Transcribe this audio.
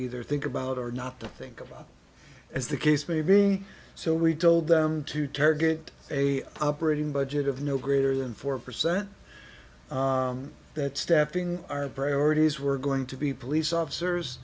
either think about or not to think about as the case may be so we told them to target a operating budget of no greater than four percent that staffing our priorities were going to be police officers